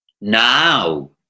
Now